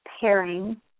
pairing